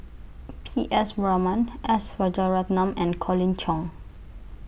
P S Raman S Rajaratnam and Colin Cheong